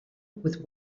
with